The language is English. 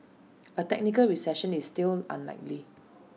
A technical recession is still unlikely